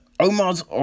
Omar's